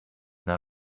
not